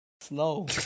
slow